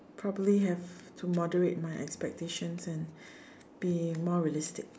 probably have to moderate my expectations and be more realistic